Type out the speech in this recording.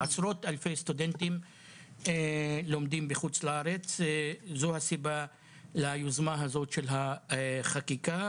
עשרות אלפי סטודנטים לומדים בחו"ל וזאת הסיבה ליוזמת החקיקה הזאת.